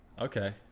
Okay